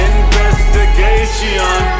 Investigation